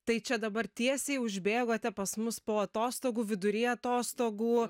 tai čia dabar tiesiai užbėgote pas mus po atostogų vidury atostogų